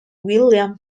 william